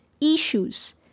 issues